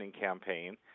campaign